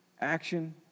Action